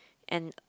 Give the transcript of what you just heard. and